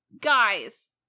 guys